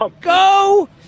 Go